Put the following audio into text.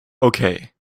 okay